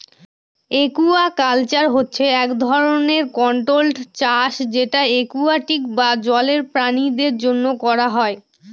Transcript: aquaculture হচ্ছে এক ধরনের কন্ট্রোল্ড চাষ যেটা একুয়াটিক বা জলের প্রাণীদের জন্য করা হয়